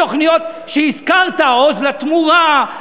בתוכניות שהזכרת: "עוז לתמורה",